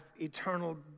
eternal